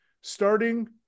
starting